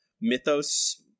mythos